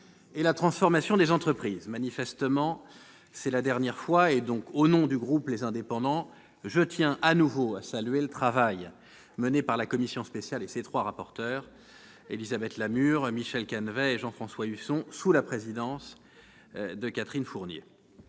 et la transformation des entreprises. Comme, manifestement, c'est la dernière fois, je tiens, au nom du groupe Les Indépendants, à saluer de nouveau le travail de la commission spéciale et de ses trois rapporteurs, Élisabeth Lamure, Michel Canevet et Jean-François Husson, sous la présidence de Catherine Fournier.